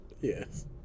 Yes